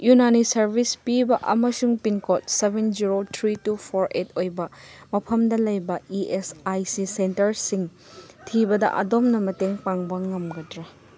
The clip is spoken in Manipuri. ꯌꯨꯅꯥꯅꯤ ꯁꯥꯔꯕꯤꯁ ꯄꯤꯕ ꯑꯃꯁꯨꯡ pin code seven zero three two four eight ꯑꯣꯏꯕ ꯃꯐꯝꯗ ꯂꯩꯕ ꯏ ꯑꯦꯁ ꯑꯥꯏ ꯁꯤ ꯁꯦꯟꯇꯔꯁꯤꯡ ꯊꯤꯕꯗ ꯑꯗꯣꯝꯅ ꯃꯇꯦꯡ ꯄꯥꯡꯕ ꯉꯝꯒꯗ꯭ꯔꯥ